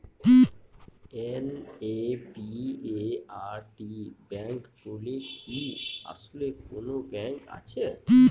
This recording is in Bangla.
এন.এ.বি.এ.আর.ডি ব্যাংক বলে কি আসলেই কোনো ব্যাংক আছে?